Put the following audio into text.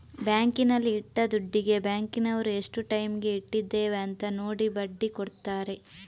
ಬ್ಯಾಂಕಿನಲ್ಲಿ ಇಟ್ಟ ದುಡ್ಡಿಗೆ ಬ್ಯಾಂಕಿನವರು ಎಷ್ಟು ಟೈಮಿಗೆ ಇಟ್ಟಿದ್ದೇವೆ ಅಂತ ನೋಡಿ ಬಡ್ಡಿ ಕೊಡ್ತಾರೆ